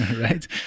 right